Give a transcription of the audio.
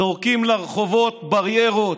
זורקים לרחובות בריירות,